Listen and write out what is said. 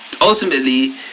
ultimately